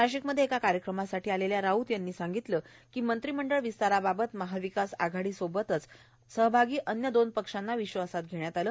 नाशिकमध्ये एका कार्यक्रमासाठी आलेल्या राऊत यांनी सांगितले कीए मंत्री मंडळ विस्ताराबाबत महाविकास आधाडी बरोबरच यात सहभागी अन्य दोन पक्षांना विश्वासात घेण्यात आले